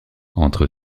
entre